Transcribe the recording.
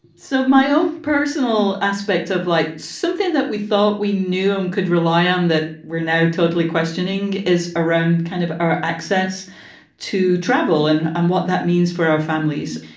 so my own personal aspects of like something that we thought we knew um could rely on that we're now totally questioning is around kind of our access to travel and and what that means for our families.